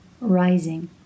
rising